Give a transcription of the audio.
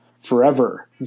forever